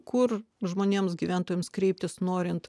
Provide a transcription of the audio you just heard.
kur žmonėms gyventojams kreiptis norint